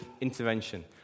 intervention